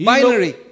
Binary